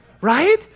Right